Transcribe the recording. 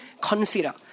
consider